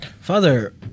Father